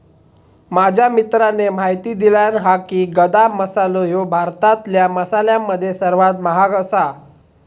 माझ्या मित्राने म्हायती दिल्यानं हा की, गदा मसालो ह्यो भारतातल्या मसाल्यांमध्ये सर्वात महाग आसा